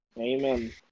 Amen